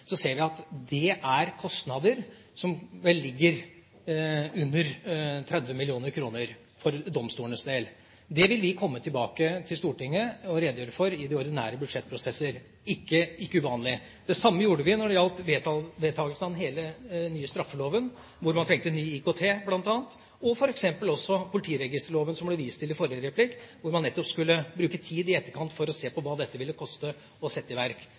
så ser vi at det er kostnader som vel ligger under 30 mill. kr for domstolenes del. Det vil vi komme tilbake til Stortinget og redegjøre for i de ordinære budsjettprosesser. Det er ikke uvanlig. Det samme gjorde vi når det gjaldt vedtakelsen av hele den nye straffeloven, hvor man trengte ny IKT bl.a., og også politiregisterloven, som det ble vist til i forrige replikk, hvor man nettopp skulle bruke tid i etterkant for å se på hva det ville koste å sette dette i verk.